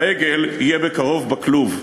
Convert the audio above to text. והעגל יהיה בקרוב בכלוב".